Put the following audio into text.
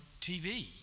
TV